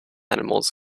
animals